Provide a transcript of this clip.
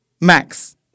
Max